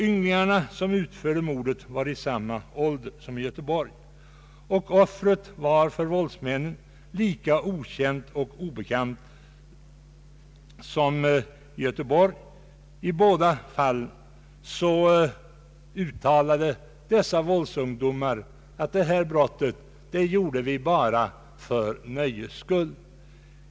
Ynglingarna som utförde det mordet var i samma ålder som de i Göteborg, och offret var för våldsmännen lika okänt som i Göteborgsfallet. I båda fallen uttalade dessa våldsungdomar att de utförde dessa gärningar bara för nöjes skull.